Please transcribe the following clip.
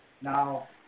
Now